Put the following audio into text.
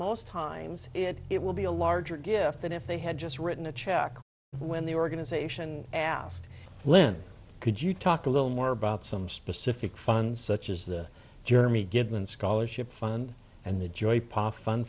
most times it will be a larger gift than if they had just written a check when the organization asked lynn could you talk a little more about some specific funds such as the germy given scholarship fund and the joy